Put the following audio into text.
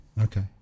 Okay